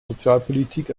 sozialpolitik